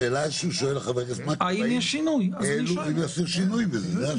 השאלה ששואל חבר הכנסת מקלב: האם עשו שינוי בזה?